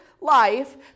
life